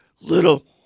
little